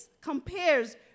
compares